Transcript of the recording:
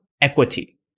equity